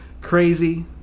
crazy